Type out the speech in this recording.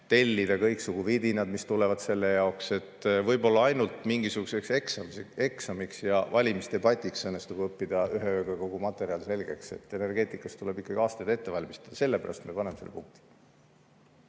tellida kõiksugu vidinaid, mis tulevad selle jaoks. Võib-olla ainult mingisuguseks eksamiks või valimisdebatiks õnnestub õppida ühe ööga kogu materjal selgeks. Energeetikas tuleb ikkagi aastaid ette valmistada. Sellepärast me paneme selle punkti.